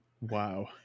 wow